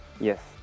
Yes